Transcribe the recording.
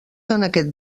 aquest